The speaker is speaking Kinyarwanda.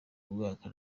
mwaka